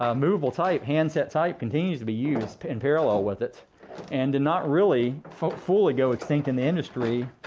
ah movable type, handset type, continues to be used in parallel with it and did not really fully fully go extinct in the industry,